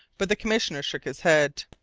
but the commissioner shook his head.